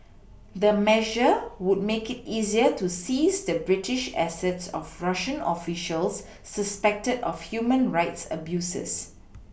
the measures would make it easier to seize the British assets of Russian officials suspected of human rights abuses